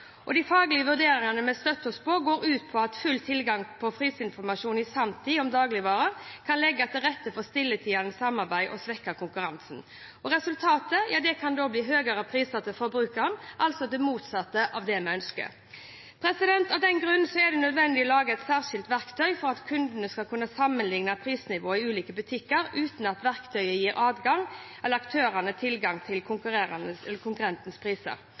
De faglige vurderingene vi støtter oss på, går ut på at full tilgang på prisinformasjon i sanntid om dagligvarer kan legge til rette for stilltiende samarbeid og svekket konkurranse. Resultatet kan da bli høyere priser til forbrukerne, altså det motsatte av det vi ønsker. Av denne grunn er det nødvendig å lage et særskilt verktøy for at kundene skal kunne sammenligne prisnivået i ulike butikker, uten at verktøyet gir aktørene tilgang til konkurrentenes priser.